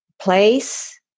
place